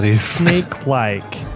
Snake-like